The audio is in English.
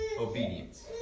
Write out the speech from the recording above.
obedience